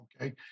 okay